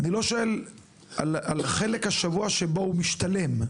אני לא שואל על חלק השבוע שבו הוא משתלם.